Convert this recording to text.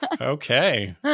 Okay